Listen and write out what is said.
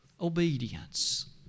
Obedience